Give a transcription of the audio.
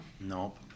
Nope